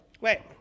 Wait